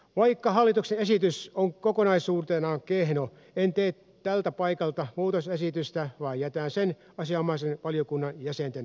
vaikka hallituksen esitys on kokonaisuutenaan kehno en tee tältä paikalta muutosesitystä vaan jätän sen asianomaisen valiokunnan jäsenten harkintaan